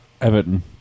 Everton